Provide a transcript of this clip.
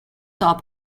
top